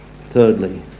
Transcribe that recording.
Thirdly